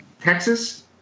Texas